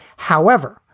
however,